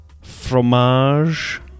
Fromage